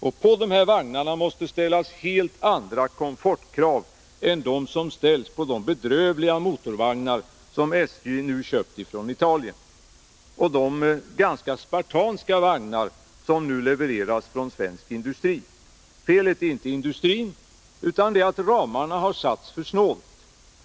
Och på de här vagnarna måste det ställas helt andra komfortkrav än de som ställs på de bedrövliga motorvagnar som SJ nu köpt från Italien och de ganska spartanska vagnar som nu levereras av svensk industri. Felet är inte industrins, utan felet är att ramarna har satts för snålt.